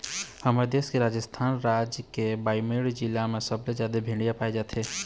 हमर देश के राजस्थान राज के बाड़मेर जिला म सबले जादा भेड़िया पाए जाथे